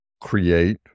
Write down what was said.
create